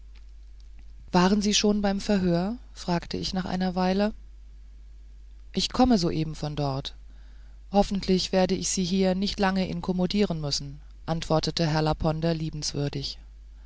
waren sie schon beim verhör fragte ich nach einer weile ich komme soeben von dort hoffentlich werde ich sie hier nicht lange inkommodieren müssen antwortete herr laponder liebenswürdig